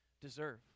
deserve